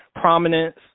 prominence